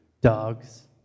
dogs